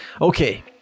Okay